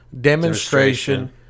demonstration